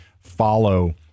follow